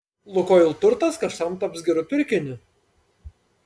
lukoil turtas kažkam taps geru pirkiniu